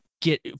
get